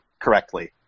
correctly